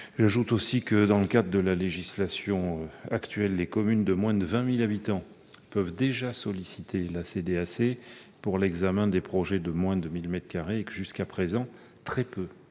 J'ajoute que, dans le cadre de la législation actuelle, les communes de moins de 20 000 habitants peuvent déjà solliciter la CDAC pour l'examen des projets de moins de 1 000 mètres carrés.